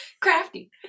Crafty